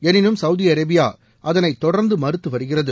எனினும் Saudi Arabia அதை தொடர்ந்து மறுத்து வருகிறது